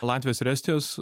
latvijos ir estijos